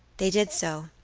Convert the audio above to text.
they did so,